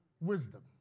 Wisdom